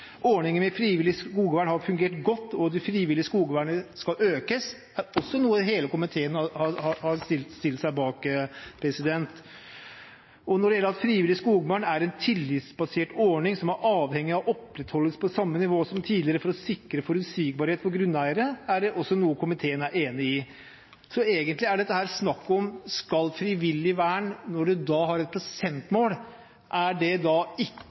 Ordningen med frivillig skogvern, som har fungert godt, og at det frivillige skogvernet skal økes, har også hele komiteen stilt seg bak. Komiteen er også enig i at frivillig skogvern er en tillitsbasert ordning som er avhengig av opprettholdelse på samme nivå som tidligere for å sikre forutsigbarhet for grunneiere. Egentlig er dette snakk om hvorvidt frivillig vern, når man har et prosentmål, ikke er faglig fundert. Der er jeg litt enig med representanten Elvestuen i at det frivillige skogvernet både er faglig fundert, og at det